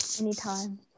Anytime